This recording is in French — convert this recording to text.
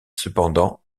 cependant